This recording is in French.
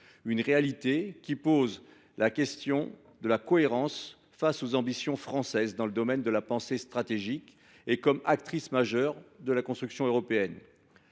Cette réalité pose la question de la cohérence des ambitions de la France dans le domaine de la pensée stratégique en tant qu’actrice majeure de la construction européenne.